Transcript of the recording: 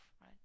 right